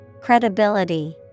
Credibility